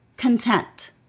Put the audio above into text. content